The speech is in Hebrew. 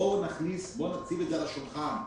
בואו נשים את זה על השולחן.